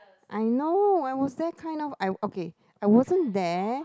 I know I was there kind of I okay I wasn't there